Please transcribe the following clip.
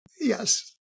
yes